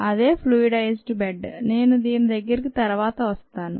అదే fluidised bed - నేను దీని దగ్గరకి తరువాత వస్తాను